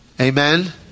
Amen